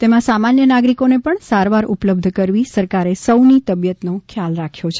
તેમાં સામાન્ય નાગરિકો ને પણ સારવાર ઉપલબ્ધ કરવી સરકારે સૌ ની તબિયત નો ખ્યાલ રાખ્યો છે